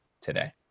today